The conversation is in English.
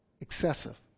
Excessive